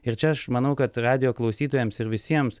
ir čia aš manau kad radijo klausytojams ir visiems